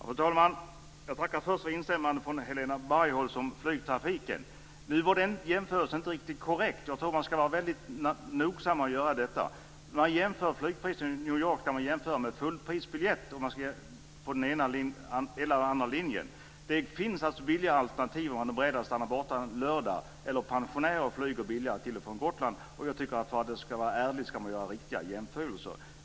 Fru talman! Jag tackar först för instämmandet från Helan Bargholtz om flygtrafiken. Nu var den jämförelsen inte riktigt korrekt. Jag tror att man ska vara väldigt noga när man gör detta. När man jämför med flygpriserna till New York ska man jämföra fullprisbiljett på den ena eller den andra linjen. Det finns billigare alternativ om man är beredd att stanna borta en lördag. Pensionärer flyger billigare till och från Gotland. Jag tycker att man ska göra riktiga jämförelser för att det ska bli ärligt.